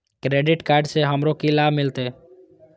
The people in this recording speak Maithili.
क्रेडिट कार्ड से हमरो की लाभ मिलते?